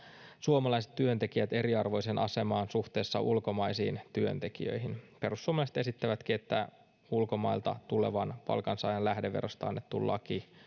suomalaiset työntekijät eriarvoiseen asemaan suhteessa ulkomaisiin työntekijöihin perussuomalaiset esittävätkin että ulkomailta tulevan palkansaajan lähdeverosta annettu laki